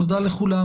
תודה לכולם,